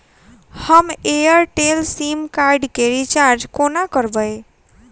हम Airtel SIM card केँ recharge कोना करबै?